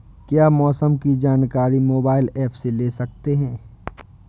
क्या मौसम की जानकारी मोबाइल ऐप से ले सकते हैं?